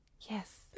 yes